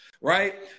Right